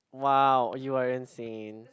wow you are insane